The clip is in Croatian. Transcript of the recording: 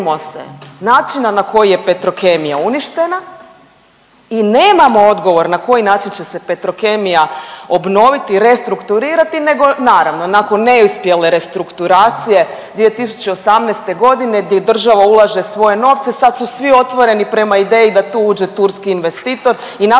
načina na koji je Petrokemija uništena i nemamo odgovor na koji način će se Petrokemija obnoviti, restrukturirati nego naravno nakon neuspjele restrukturacije 2018. godine gdje država ulaže svoje novce sad su svi otvoreni prema ideji da tu uđe turski investitor i napravi